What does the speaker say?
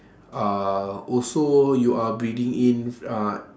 uh also you are breathing in uh